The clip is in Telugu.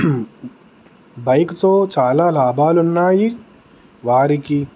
బైక్తో చాలా లాభాలున్నాయి వారికి